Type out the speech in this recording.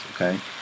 Okay